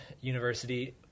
university